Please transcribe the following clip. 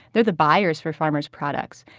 they're the buyers for farmers' products.